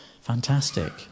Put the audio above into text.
Fantastic